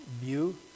view